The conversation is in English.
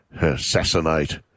assassinate